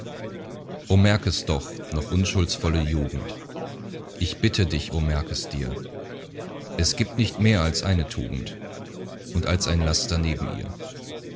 o merk es doch noch unschuldsvolle jugend ich bitte dich o merk es dir es gibt nicht mehr als eine tugend und als ein laster neben ihr